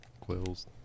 quills